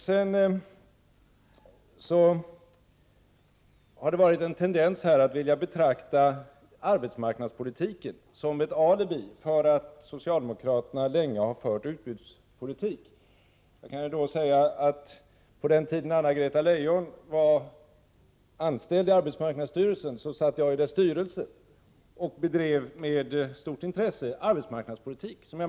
Det har funnits en tendens att vilja betrakta arbetsmarknadspolitiken som ett alibi för att socialdemokraterna länge har fört utbudspolitik. På den tiden Anna-Greta Leijon var anställd i arbetsmarknadsstyrelsen satt jag i dess styrelse och bedrev med stort intresse arbetsmarknadspolitik.